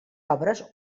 obres